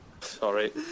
Sorry